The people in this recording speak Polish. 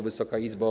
Wysoka Izbo!